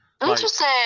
interesting